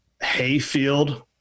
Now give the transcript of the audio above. hayfield